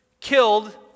killed